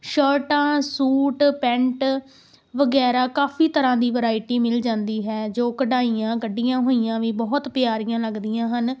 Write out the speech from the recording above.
ਸ਼ਰਟਾਂ suit pant ਵਗੈਰਾ ਕਾਫੀ ਤਰ੍ਹਾਂ ਦੀ ਵਰਾਇਟੀ ਮਿਲ ਜਾਂਦੀ ਹੈ ਜੋ ਕਢਾਈਆਂ ਕੱਢੀਆਂ ਹੋਈਆਂ ਵੀ ਬਹੁਤ ਪਿਆਰੀਆਂ ਲੱਗਦੀਆਂ ਹਨ